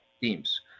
teams